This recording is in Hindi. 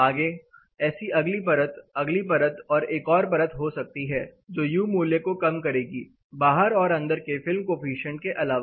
आगे ऐसी अगली परत अगली परत और एक और परत हो सकती है जो यू मूल्य को कम करेगी बाहर और अंदर के फिल्म कोफिशिएंट के अलावा